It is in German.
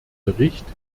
bericht